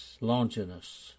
Longinus